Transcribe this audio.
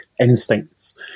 instincts